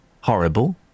horrible